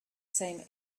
same